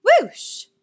Whoosh